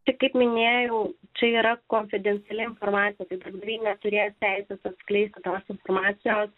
tik kaip minėjau čia yra konfidenciali pirmąsias dvi neturėjo teisės atskleistos informacijos